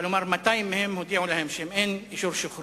כלומר, ל-200 מהם הודיעו שאם אין להם